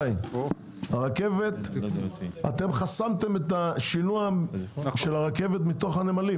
אתם חסמתם את השינוע של הרכבת מתוך הנמלים.